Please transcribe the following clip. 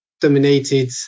dominated